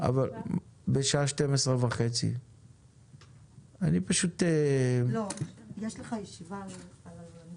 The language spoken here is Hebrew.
מחר בשעה 12:30. אני מבקש שנציג מכל משרד ישב עוד היום